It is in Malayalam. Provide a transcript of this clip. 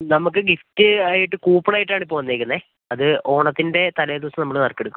നമുക്ക് ഗിഫ്റ്റ് ആയിട്ട് കൂപ്പണായിട്ടാണ് ഇപ്പോൾ വന്നേക്കുന്നത് അത് ഓണത്തിൻ്റെ തലേദിവസം നമ്മൾ നറുക്കെടുക്കും